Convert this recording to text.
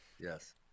yes